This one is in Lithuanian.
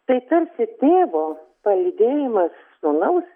tai tarsi tėvo palydėjimas sūnaus